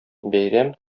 бәйрәм